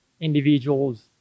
individuals